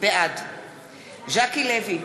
בעד ז'קי לוי,